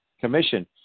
commission